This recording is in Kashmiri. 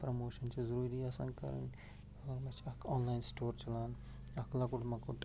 پرموشَن چھِ ضروٗری آسان کَرٕنۍ آ مےٚ چھِ اَکھ آنلایِن سِٹور چلان اَکھ لۄکُٹ مۄکُٹ